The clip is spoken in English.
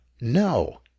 No